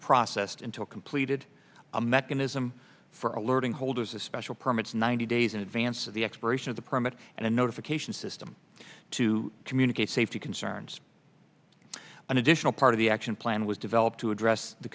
processed into a completed a mechanism for alerting holders a special permits ninety days in advance of the expiration of the permit and a notification system to communicate safety concerns an additional part of the action plan was developed to address the